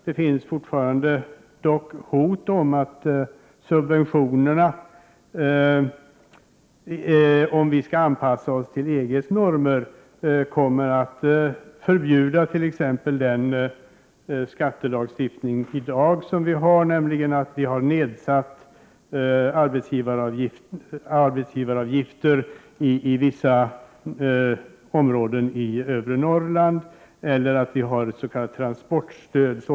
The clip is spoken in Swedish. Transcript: Dock finns fortfarande hotet att subventionerna, om vi skall anpassa oss till EG:s normer, kommer att förhindra att vi har en skattelagstiftning med nedsatta fr arbetsgivaravgifter i vissa områden i övre Norrland och ett transportstöd.